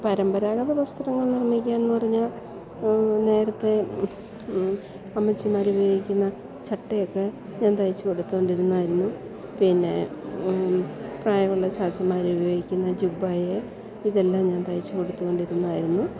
പരമ്പരാഗത വസ്ത്രങ്ങൾ നിർമ്മിക്കാൻ എന്നു പറഞ്ഞാൽ നേരത്തേ അമ്മച്ചിമാർ ഉപയോഗിക്കുന്ന ചട്ടയൊക്കെ ഞാൻ തയ്ച്ചു കൊടുത്തു കൊണ്ട് ഇരുന്നായിരുന്നു പിന്നെ പ്രായമുള്ള ചാച്ചൻമാർ ഉപയോഗിക്കുന്ന ജുബ്ബ ഇതെല്ലാം ഞാൻ തയ്ച്ചു കൊടുത്തു കൊണ്ടിരുന്നായിരുന്നു